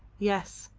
yes,